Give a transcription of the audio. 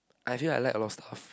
I feel like I like a lot of stuff